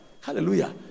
Hallelujah